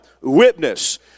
witness